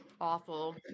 awful